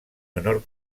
menor